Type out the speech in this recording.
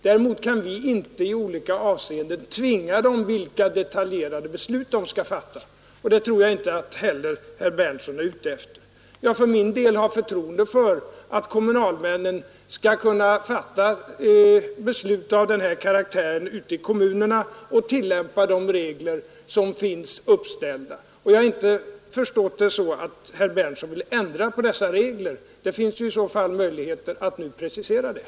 Däremot kan vi inte i olika avseenden tvinga vederbörande när det gäller vilka detaljerade beslut de skall fatta, och det tror jag inte heller herr Berndtson är ute efter. Jag för min del har förtroende för att kommunalmännen skall kunna fatta beslut av den här karaktären ute i kommunerna och tillämpa de regler som finns uppställda, och jag har inte förstått det så att herr Berndtson vill ändra på dessa regler. Det finns ju i så fall möjligheter att nu precisera detta.